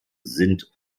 sind